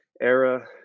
era